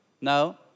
No